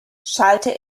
schallte